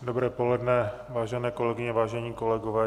Dobré poledne, vážené kolegyně, vážení kolegové.